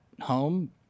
home